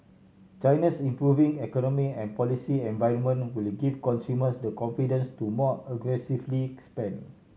China's improving economy and policy environment will give consumers the confidence to more aggressively spend